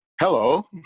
Hello